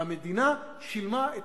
והמדינה שילמה את